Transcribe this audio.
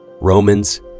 Romans